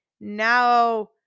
now